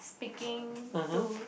speaking to